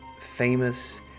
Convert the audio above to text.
famous